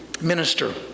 minister